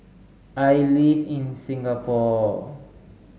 I live in Singapore